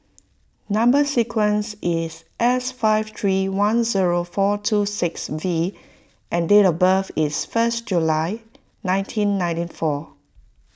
Number Sequence is S five three one zero four two six V and date of birth is first January nineteen ninety four